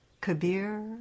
Kabir